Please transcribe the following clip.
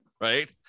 right